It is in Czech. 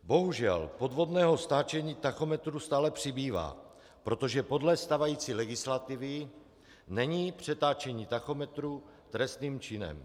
Bohužel podvodného stáčení tachometru stále přibývá, protože podle stávající legislativy není přetáčení tachometru trestným činem.